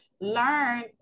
learn